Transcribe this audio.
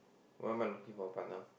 what am I looking for a partner